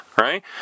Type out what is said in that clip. right